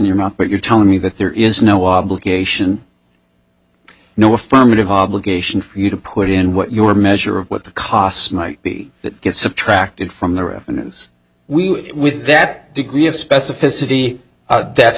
your mouth but you're telling me that there is no obligation no affirmative obligation for you to put in what your measure of what the costs might be that get subtracted from the revenues we would with that degree of specificity that's